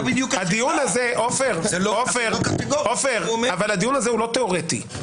הדיון הזה הוא לא תיאורטי.